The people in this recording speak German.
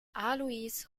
alois